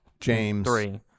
James—